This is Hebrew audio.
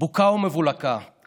בוקה ומבולקה.